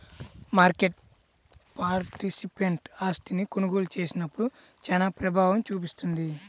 market participant ఆస్తిని కొనుగోలు చేసినప్పుడు చానా ప్రభావం చూపిస్తుంది